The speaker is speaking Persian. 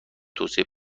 توسعه